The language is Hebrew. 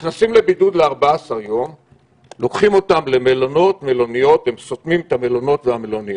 הם נכנסים לבידוד של 14 ימים במלונות או במלוניות,